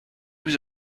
was